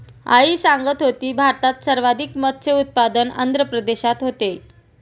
आई सांगत होती, भारतात सर्वाधिक मत्स्य उत्पादन आंध्र प्रदेशात होते